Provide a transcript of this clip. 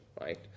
right